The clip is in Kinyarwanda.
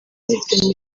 zifitanye